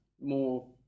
more